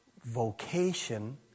vocation